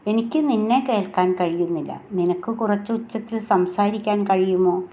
എനിക്ക് നിന്നെ കേൾക്കാൻ കഴിയുന്നില്ല നിനക്ക് കുറച്ച് ഉച്ചത്തിൽ സംസാരിക്കാൻ കഴിയുമോ